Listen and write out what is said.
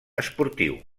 esportiu